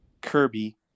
Kirby